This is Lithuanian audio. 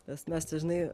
nes mes dažnai